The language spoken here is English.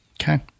Okay